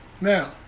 Now